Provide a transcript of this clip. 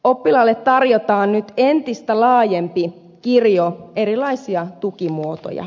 oppilaalle tarjotaan nyt entistä laajempi kirjo erilaisia tukimuotoja